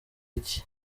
iki